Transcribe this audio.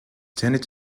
tended